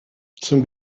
zum